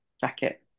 jacket